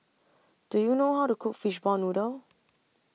Do YOU know How to Cook Fishball Noodle